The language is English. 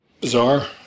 Bizarre